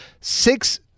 six